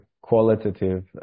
qualitative